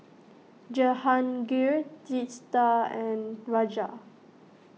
Jehangirr Teesta and Raja